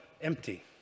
empty